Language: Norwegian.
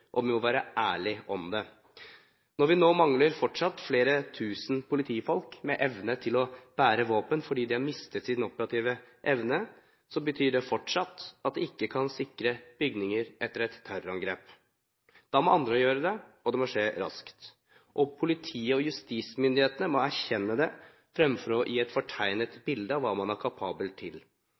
og vi må være ærlige om det. Når vi nå fortsatt mangler flere tusen politifolk med evne til å bære våpen fordi de har mistet sin operative evne, betyr det fortsatt at vi ikke kan sikre bygninger etter et terrorangrep. Da må andre gjøre det, og det må skje raskt. Og politiet og justismyndighetene må erkjenne det, fremfor å gi et fortegnet bilde av hva man er kapabel til.